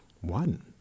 one